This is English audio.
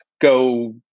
go